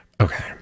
Okay